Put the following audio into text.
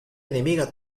enemiga